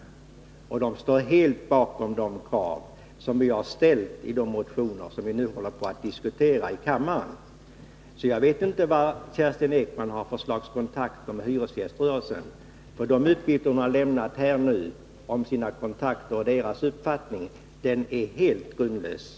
Man ansluter sig helt till de krav som vi har ställt i de motioner som nu diskuteras i kammaren. Jag vet inte vilka kontakter Kerstin Ekman har med hyresgäströrelsen. De uppgifter hon har lämnat här om sina kontakter därvidlag och om de uppfattningar man har är helt grundlösa.